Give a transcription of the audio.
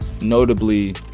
notably